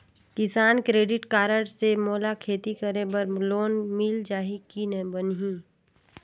किसान credit card से मोला खेती करे बर लोन मिल जाहि की बनही??